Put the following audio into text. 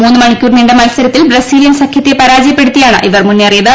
മൂന്നു മണിക്കൂർ നീണ്ട മത്സരത്തിൽ ബ്രസീലിയൻ സഖ്യത്തെ പരാജയപ്പെടുത്തിയാണ് അവർ മുന്നേറിയത്